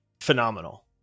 phenomenal